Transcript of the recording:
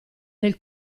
del